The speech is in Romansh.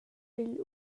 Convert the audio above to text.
igl